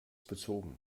bezogen